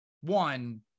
one